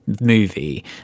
movie